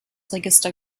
register